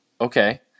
okay